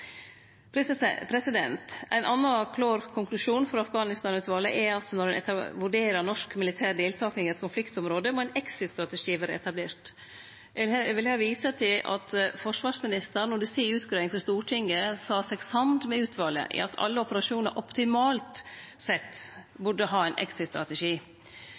eit konfliktområde, må ein exit-strategi vere etablert. Eg vil her vise til at forsvarsministeren under si utgreiing for Stortinget sa seg samd med utvalet i at alle operasjonar optimalt sett burde ha ein